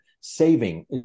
saving